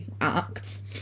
acts